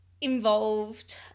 involved